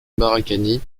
barakani